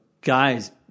guys